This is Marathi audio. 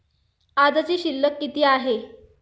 आजची शिल्लक किती आहे?